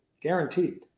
guaranteed